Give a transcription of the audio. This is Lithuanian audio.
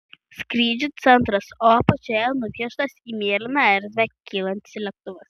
skrydžių centras o apačioje nupieštas į mėlyną erdvę kylantis lėktuvas